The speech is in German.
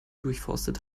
durchforstet